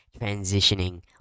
transitioning